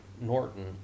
Norton